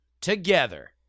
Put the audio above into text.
together